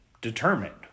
determined